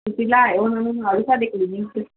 ਤੁਸੀਂ ਲੈ ਆਇਓ ਉਹਨਾਂ ਨੂੰ ਨਾਲੇ ਸਾਡੇ ਕਲੀਨਿਕ 'ਚ